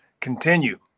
continue